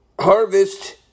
harvest